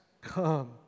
come